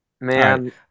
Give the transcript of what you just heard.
Man